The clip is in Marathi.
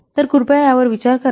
तर कृपया यावर विचार करा